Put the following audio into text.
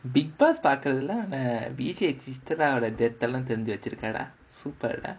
because பாக்குறதுல அவன்:paakkurathula avan super lah